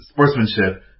sportsmanship